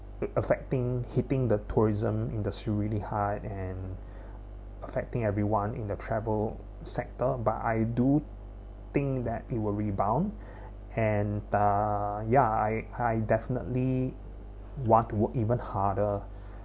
it affecting hitting the tourism industry really high and affecting everyone in the travel sector but I do think that it will rebound and the ya I I definitely want to work even harder